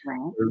right